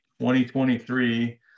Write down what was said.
2023